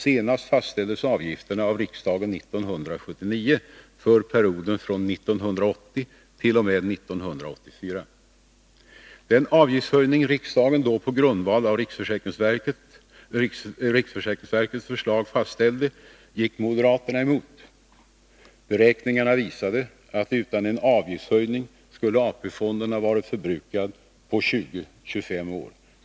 Senast fastställdes avgifterna av riksdagen 1979 för perioden från 1980 t.o.m. 1984. Den avgiftshöjning riksdagen då på grundval av riksförsäkringsverkets förslag fastställde gick moderaterna emot. Beräkningarna visade att utan en avgiftshöjning skulle AP-fonden ha varit förbrukad på 20-25 år.